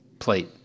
plate